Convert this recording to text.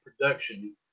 production